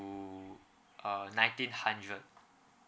to uh nineteen hundred